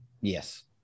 Yes